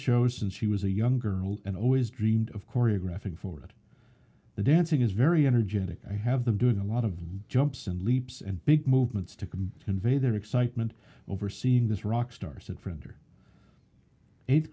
show since she was a young girl and always dreamed of choreographing for it the dancing is very energetic i have them doing a lot of jumps and leaps and big movements to can convey their excitement over seeing this rockstar said friends are eighth